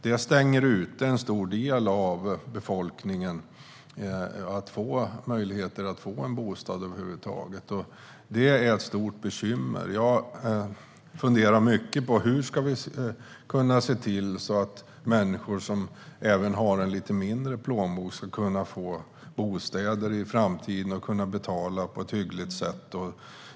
Det stänger ute en stor del av befolkningen från möjligheten att få en bostad över huvud taget. Det är ett stort bekymmer. Vi har funderat mycket på hur även människor som har en lite mindre plånbok ska kunna få bostäder i framtiden och kunna betala på ett hyggligt sätt.